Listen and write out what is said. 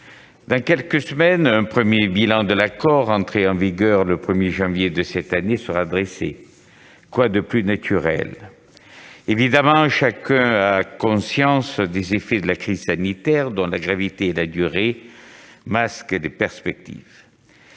Dans quelques semaines, un premier bilan de l'accord entré en vigueur le 1 janvier de cette année sera dressé. Quoi de plus naturel ? Évidemment, chacun a conscience des effets de la crise sanitaire, dont la gravité et la durée masquent les perspectives.